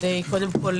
קודם כל,